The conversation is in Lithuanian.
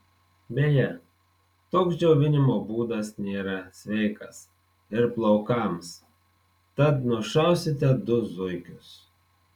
beje toks džiovinimo būdas nėra sveikas ir plaukams tad nušausite du zuikius